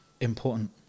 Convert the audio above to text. Important